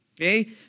okay